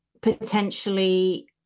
potentially